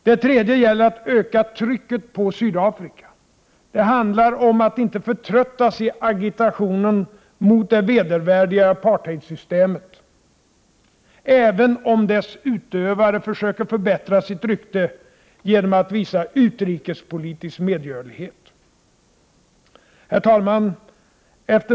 Det tredje gäller att öka trycket på Sydafrika. Det handlar om att inte förtröttas i agitationen mot det vedervärdiga apartheidsystemet, även om dess utövare försöker förbättra sitt rykte genom att visa utrikespolitisk medgörlighet. Herr talman!